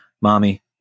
mommy